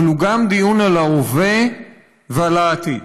אבל הוא גם דיון על ההווה ועל העתיד.